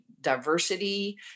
diversity